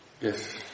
Yes